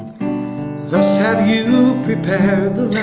thus have you prepared